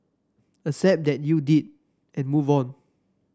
accept that you did and move on